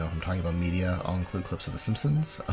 i'm talking about media, i'll include clips of the simpsons,